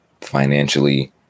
financially